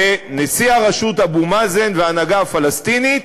נשיא הרשות אבו מאזן וההנהגה הפלסטינית.